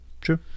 True